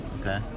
Okay